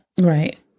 Right